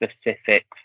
specific